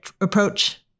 approach